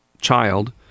child